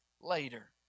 later